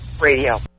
Radio